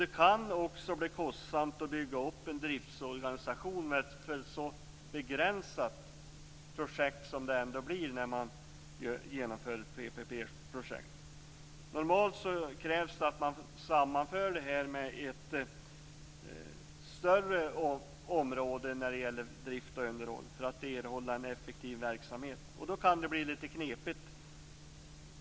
Det kan också bli kostsamt att bygga upp en driftsorganisation för ett så begränsat projekt som det ändå blir när man genomför ett PPP-projekt. Normalt krävs det att man sammanför det här med ett större område när det gäller drift och underhåll för att erhålla en effektiv verksamhet. Då kan det bli lite knepigt.